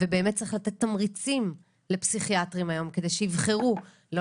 באמת צריך לתת תמריצים לפסיכיאטרים היום כדי שיבחרו לא